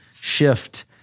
shift